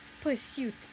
pursuit